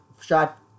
shot